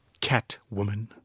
Catwoman